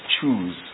choose